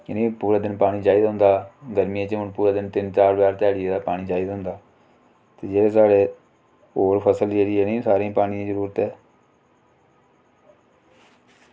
इ'नेंगी पूरा दिन पानी चाहिदा होंदा गर्मियें च हून पूरे तिन्न चार बार ध्याड़ी दा पानी चाहिदा होंदा ते जेह्ड़े साढ़े होर जेह्ड़ी ऐ ना उ'नेंगी सारें गी पानी दी जरूरत ऐ